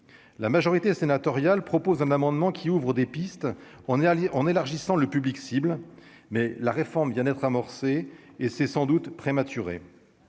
la majorité sénatoriale propose un amendement qui ouvrent des pistes, on est allé en élargissant le public cible, mais la réforme vient d'être amorcée et c'est sans doute prématuré